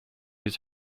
his